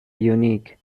unique